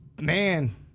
Man